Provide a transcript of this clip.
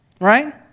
Right